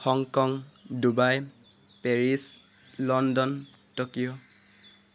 Hong Kong Dubai Paris London Tokyo